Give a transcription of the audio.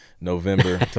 november